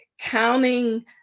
counting